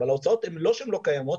אבל זה לא שההוצאות לא קיימות,